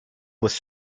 was